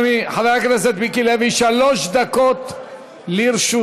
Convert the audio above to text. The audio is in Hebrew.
חבר הכנסת מיקי לוי, שלוש דקות לרשותך.